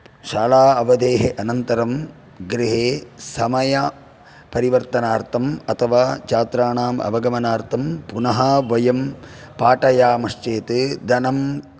शाला अवधेः अनन्तरं गृहे समयपरिवर्तनार्थम अथवा छात्राणाम् अवगमनार्थं पुनः वयं पाठयामश्चेत् धनं